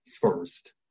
first